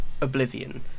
Oblivion